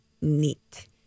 neat